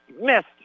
missed